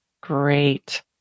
Great